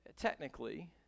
Technically